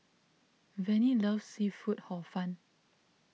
Vannie loves Seafood Hor Fun